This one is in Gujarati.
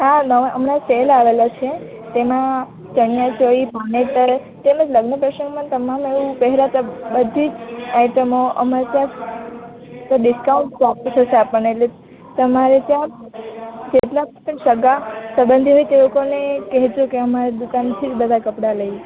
હાલો હમણા એક સેલ આવેલો છે તેમાં ચણિયાચોલી પાનેતર તેમજ લગ્ન પ્રસંગમાં તમામ એવા પહેરાતા બધી જ આઇટમો અમાર ત્યાં ડિસ્કાઉન્ટમાં પ્રાપ્ત થશે આપણને એટલે તમારે ત્યાં જેટલા પણ સગા સંબંધી કે એ લોકોને કેહજો કે અમાર દુકાનથી જ બધા કપડાં લેય